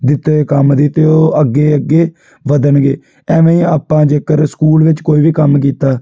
ਦਿੱਤੇ ਹੋਏ ਕੰਮ ਦੀ ਤਾਂ ਉਹ ਅੱਗੇ ਅੱਗੇ ਵੱਧਣਗੇ ਐਵੇਂ ਹੀ ਆਪਾਂ ਜੇਕਰ ਸਕੂਲ ਵਿੱਚ ਕੋਈ ਵੀ ਕੰਮ ਕੀਤਾ